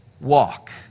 walk